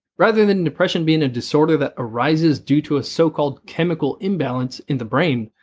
rather than depression being a disorder that arises due to a so-called chemical imbalance in the brain,